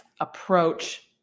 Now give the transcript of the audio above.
approach